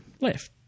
left